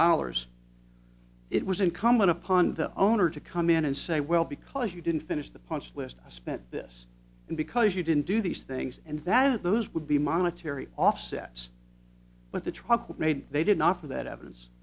dollars it was incumbent upon the owner to come in and say well because you didn't finish the punch list i spent this because you didn't do these things and that of those would be monetary offsets but the trump made they did not offer that evidence